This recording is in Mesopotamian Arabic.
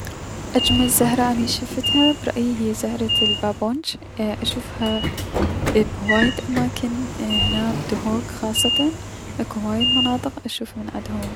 اجمل زهرة اني شفتها برأيي هي زهرة البابونج اي اشوفها بهواية اماكن اهنا بدهوك خاصتا اكو هواية مناطق اشوف من عدها.